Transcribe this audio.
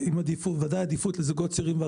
ובוודאי העדיפות היא לזוגות צעירים.